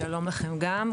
שלום לכם גם.